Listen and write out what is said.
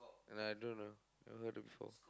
no I don't know never do before